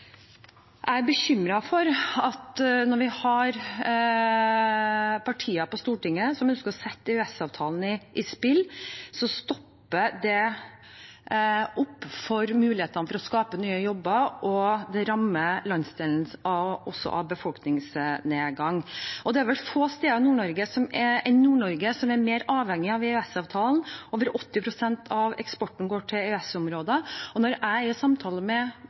Jeg er bekymret for, når vi har partier på Stortinget som ønsker å sette EØS-avtalen i spill, at det stopper opp mulighetene for å skape nye jobber, og det rammer landsdelen også med befolkningsnedgang. Det er vel få steder som er mer avhengig av EØS-avtalen enn Nord-Norge. Over 80 pst. av eksporten går til EØS-området, og når jeg er i samtale med